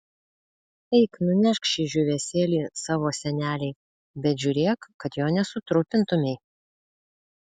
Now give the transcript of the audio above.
eik nunešk šį džiūvėsėlį savo senelei bet žiūrėk kad jo nesutrupintumei